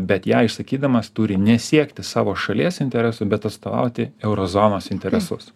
bet ją išsakydamas turi nesiekti savo šalies interesų bet atstovauti euro zonos interesus